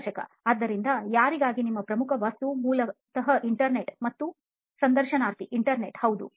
ಸಂದರ್ಶಕ ಆದ್ದರಿಂದ ತಯಾರಿಗಾಗಿ ನಿಮ್ಮ ಪ್ರಮುಖ ವಸ್ತು ಮೂಲತಃ ಇಂಟರ್ನೆಟ್ ಮತ್ತು ಸಂದರ್ಶನಾರ್ಥಿ ಇಂಟರ್ನೆಟ್ ಹೌದು